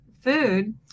food